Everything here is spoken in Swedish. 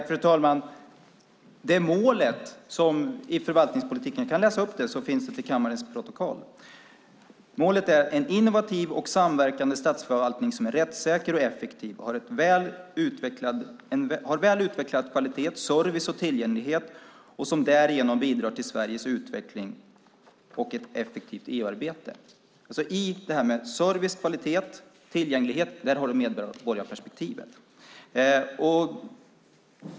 Fru talman! Jag kan läsa upp målet i förvaltningspolitiken, så finns det i kammarens protokoll. Målet är "en innovativ och samverkande statsförvaltning som är rättssäker och effektiv, har väl utvecklad kvalitet, service och tillgänglighet och som därigenom bidrar till Sveriges utveckling och ett effektivt EU-arbete". I detta med service, kvalitet och tillgänglighet har du medborgarperspektivet.